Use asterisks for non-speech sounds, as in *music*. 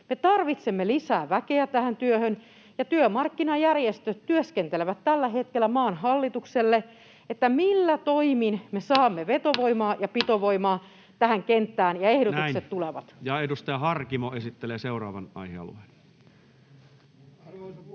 Me tarvitsemme lisää väkeä tähän työhön, ja työmarkkinajärjestöt työskentelevät tällä hetkellä maan hallitukselle sen eteen, *noise* millä toimin me saamme vetovoimaa ja pitovoimaa tähän kenttään, ja ehdotukset tulevat. Näin, ja edustaja Harkimo esittelee seuraavan aihealueen.